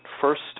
first